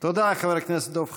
תודה, חבר הכנסת דב חנין.